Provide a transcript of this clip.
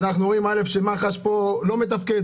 אנחנו רואים שמח"ש פה לא מתפקד,